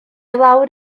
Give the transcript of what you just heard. lawr